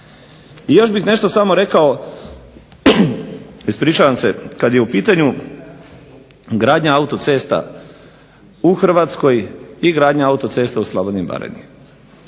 I još bih nešto samo rekao, kad je u pitanju gradnja autocesta u Hrvatskoj i gradnja autocesta u Slavoniji i Baranji.